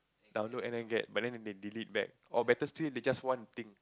download and then get but then they delete back or better still they just want the thing